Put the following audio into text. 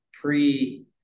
pre